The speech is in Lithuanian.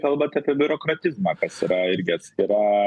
kalbat apie biurokratizmą kas yra irgi atskira